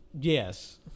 Yes